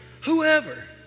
Whoever